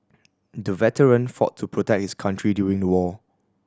the veteran fought to protect his country during the war